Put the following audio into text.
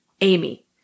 Amy